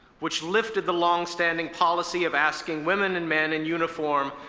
which lifted the longstanding policy of asking women and men in uniform,